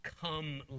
come